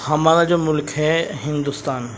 ہمارا جو ملک ہے ہندوستان